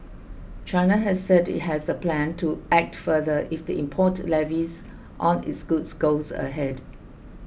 China has said it has a plan to act further if the import levies on its goods goes ahead